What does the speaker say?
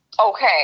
Okay